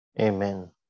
Amen